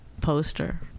poster